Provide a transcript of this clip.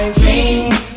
dreams